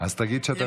אז תגיד שאתה מתנגד.